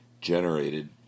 generated